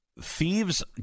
Thieves